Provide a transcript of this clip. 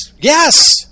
Yes